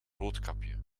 roodkapje